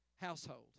household